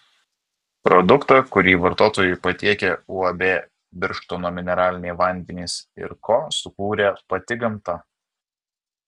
produktą kurį vartotojui patiekia uab birštono mineraliniai vandenys ir ko sukūrė pati gamta